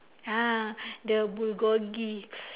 ya the bulgogi